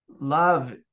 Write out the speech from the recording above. love